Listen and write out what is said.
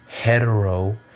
hetero